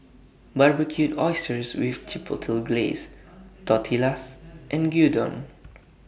Barbecued Oysters with Chipotle Glaze Tortillas and Gyudon